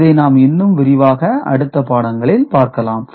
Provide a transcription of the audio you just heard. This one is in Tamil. இதை நாம் இன்னும் விரிவாக அடுத்த பாடங்களில் பார்க்கலாம்